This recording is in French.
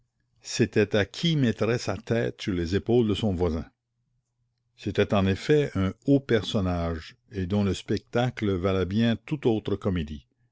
c'était à qui mettrait sa tête sur les épaules de son voisin c'était en effet un haut personnage et dont le spectacle valait bien toute autre comédie